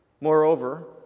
Moreover